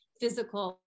physical